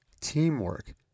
teamwork